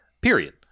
period